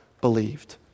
believed